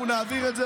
אנחנו נעביר את זה,